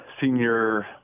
senior